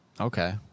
Okay